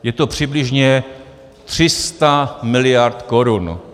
Je to přibližně 300 miliard korun.